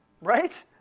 right